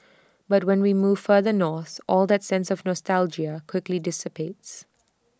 but when we move further north all that sense of nostalgia quickly dissipates